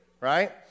right